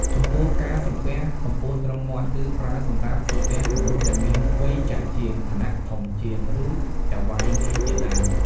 ចំំពោះការសំពះកម្ពស់ត្រឹមមាត់ គឺប្រើសម្រាប់សំពះមនុស្សដែលមាន វ័យចាស់ជាង ឋានៈធំជាង ឬចៅហ្វាយនាយជាដើម។